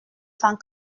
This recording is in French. cent